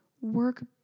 work